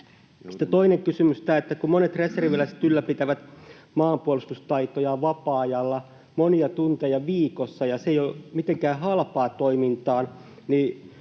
toinen kysymys: Kun monet reserviläiset ylläpitävät maanpuolustustaitojaan vapaa-ajalla, monia tunteja viikossa, ja se ei ole mitenkään halpaa toimintaa, niin